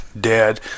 dead